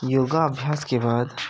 योगाभ्यास के बाद